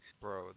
Bro